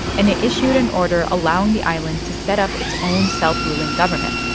and it issued an order allowing the island to set up its own self-ruling government.